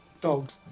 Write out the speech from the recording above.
Dogs